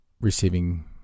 receiving